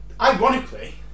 ironically